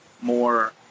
more